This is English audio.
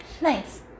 Nice